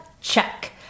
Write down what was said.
Check